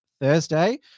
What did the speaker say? Thursday